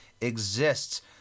exists